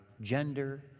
gender